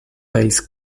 base